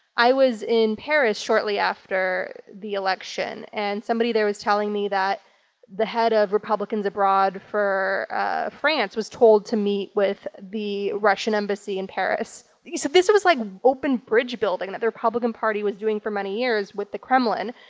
i was in paris shortly after the election, and somebody there was telling me that the head of republicans abroad for ah france was told to meet with the russian embassy in paris. so this was like open bridge-building that the republican party was doing for many years with the kremlin,